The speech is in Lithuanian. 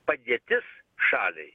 padėtis šaliai